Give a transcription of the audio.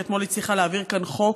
שאתמול הצליחה להעביר כאן חוק,